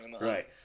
right